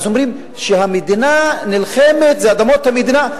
אז אומרים שהמדינה נלחמת, זה אדמות המדינה.